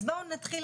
בואו נתחיל.